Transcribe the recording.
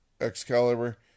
Excalibur